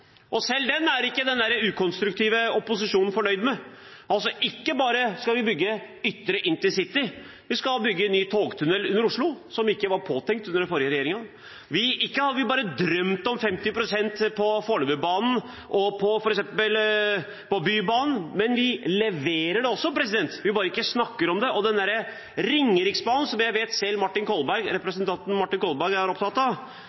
Selv den er ikke den ukonstruktive opposisjonen fornøyd med. Ikke bare skal vi bygge ytre intercity, vi skal bygge ny togtunnel under Oslo, som ikke var påtenkt under den forrige regjeringen. Ikke bare har vi drømt om 50 pst. til Fornebubanen og til f.eks. Bybanen, vi leverer det også – vi ikke bare snakker om det. Ringeriksbanen – som jeg vet at selv representanten Martin Kolberg er opptatt av